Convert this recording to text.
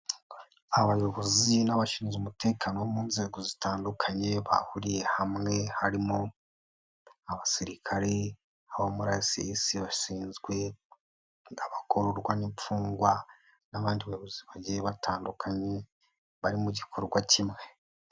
Abayobozi n'abashinzwe umutekano mu nzego zitandukanye bahuriye hamwe, harimo abasirikare, abao muri RCS bashinzwe abagororwa n'imfungwa, n'abandi bayobozi bagiye batandukanye bari mu gikorwa kimwe.